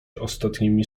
ostatnimi